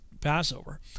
Passover